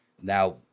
now